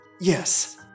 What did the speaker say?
Yes